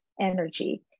energy